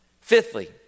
Fifthly